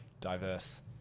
diverse